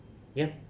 yup